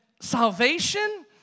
salvation